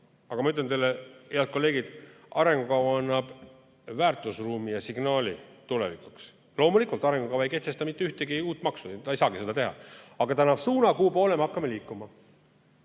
Aga ma ütlen teile, head kolleegid, arengukava annab väärtusruumi ja signaali tulevikuks. Loomulikult arengukava ei kehtesta mitte ühtegi uut maksu, ta ei saagi seda teha. Aga ta annab suuna, kuhupoole me hakkame liikuma.